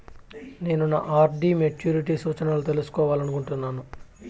నేను నా RD maturity సూచనలను తెలుసుకోవాలనుకుంటున్నాను